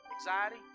anxiety